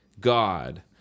God